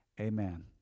amen